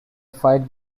fight